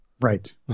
right